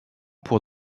pour